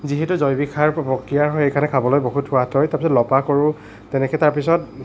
যিহেতু জৈৱিক সাৰ প্ৰক্ৰিয়াৰ হয় সেইকাৰণে খাবলৈ বহুত সোৱাদ হয় তাৰপিছত লফা শাকৰো তেনেকৈ তাৰ পিছত